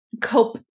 cope